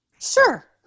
Sure